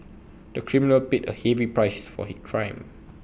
the criminal paid A heavy price for his crime